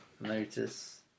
notice